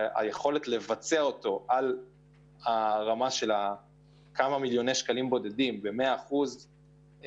והיכולת לבצע אותו על הרמה של כמה מיליוני שקלים במאה אחוז,